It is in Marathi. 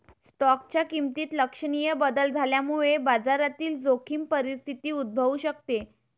स्टॉकच्या किमतीत लक्षणीय बदल झाल्यामुळे बाजारातील जोखीम परिस्थिती उद्भवू शकते